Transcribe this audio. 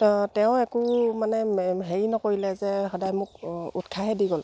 তো তেওঁ একো মানে হেৰি নকৰিলে যে সদায় মোক উৎসাহেই দি গ'ল